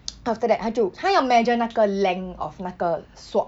after that 他就他要 measure 那个 length of 那个 swab